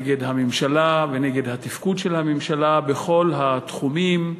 נגד הממשלה ונגד התפקוד של הממשלה בכל התחומים,